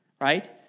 right